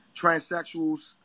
transsexuals